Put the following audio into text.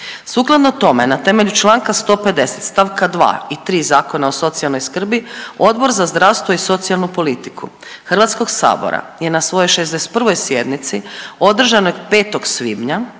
Sukladno tome na temelju Članka 150. stavka 2. i 3. Zakona o socijalnoj skrbi Odbor za zdravstvo i socijalnu politiku Hrvatskog sabora je na svojoj 61. sjednici održanoj 5. svibnja